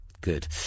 Good